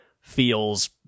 feels